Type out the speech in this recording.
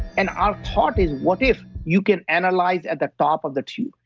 and our thought is what if you can analyze at the top of the tube?